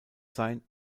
sein